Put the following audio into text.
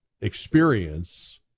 experience